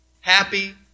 happy